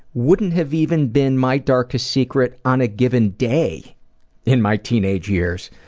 wouldn't have even been my darkest secret on a given day in my teenage years,